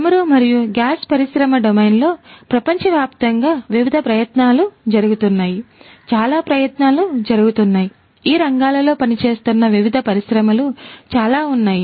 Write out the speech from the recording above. చమురు మరియు గ్యాస్ పరిశ్రమ డొమైన్లో ప్రపంచవ్యాప్తంగా వివిధ ప్రయత్నాలు జరుగుతున్నాయి చాలా ప్రయత్నాలు జరుగుతున్నాయి ఈ రంగాలలో పనిచేస్తున్న వివిధ పరిశ్రమలు చాలా ఉన్నాయి